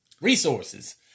resources